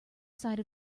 side